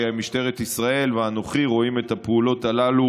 שמשטרת ישראל ואנוכי רואים את הפעולות הללו